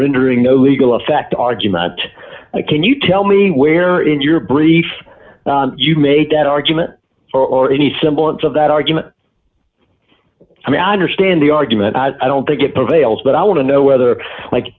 rendering no legal effect argument can you tell me where in your brief you made that argument or any semblance of that argument i mean i understand the argument i don't think it prevails but i want to know whether